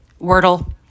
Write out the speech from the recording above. Wordle